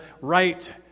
right